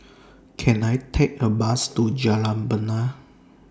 Can I Take A Bus to Jalan Bena